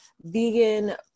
vegan